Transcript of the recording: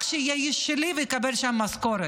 רק שיהיה איש שלי ויקבל שם משכורת.